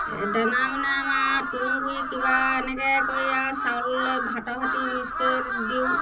দানা মানে আমাৰ তুঁহগুৰি কিবা এনেকৈ কৰি আৰু চাউলে ভাতৰ সৈতে মিক্স কৰি দিওঁ